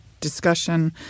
discussion